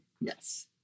Yes